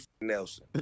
Nelson